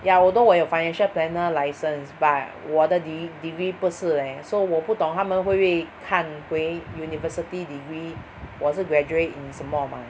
ya although 我有 financial planner license but 我的 de~ degree 不是 leh so 我不懂他们会不会看回 university degree 我是 graduate in 什么 mah